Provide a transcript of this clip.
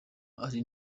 ariko